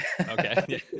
Okay